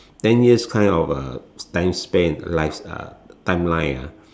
ten years kind of uh time span life uh timeline ah